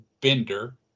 Bender